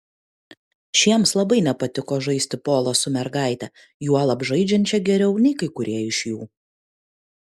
šiems labai nepatiko žaisti polą su mergaite juolab žaidžiančia geriau nei kai kurie iš jų